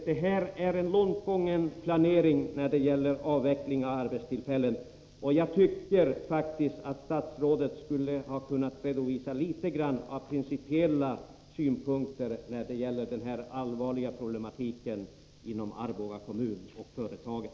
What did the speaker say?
Det här är en långt gången planering när det gäller avveckling av arbetstillfällen, och jag tycker faktiskt att statsrådet skulle ha kunnat redovisa några principiella synpunkter när det gäller den här allvarliga problematiken inom Arboga kommun och inom företaget.